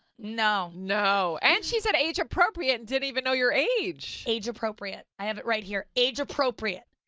no. no. and she said age-appropriate and didn't even know your age. age-appropriate. i have it right here, age-appropriate.